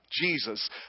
Jesus